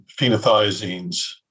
phenothiazines